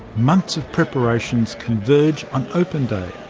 months of preparation converge on open day.